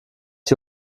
die